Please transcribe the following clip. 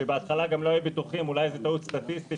ובהתחלה לא היו בטוחים אולי זו טעות סטטיסטית,